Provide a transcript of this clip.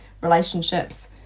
relationships